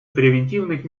превентивных